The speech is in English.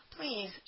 Please